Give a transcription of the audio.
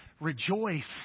rejoice